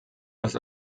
das